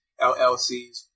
LLCs